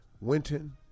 Winton